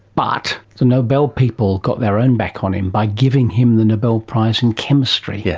but the nobel people got their own back on him by giving him the nobel prize in chemistry. yeah